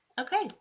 Okay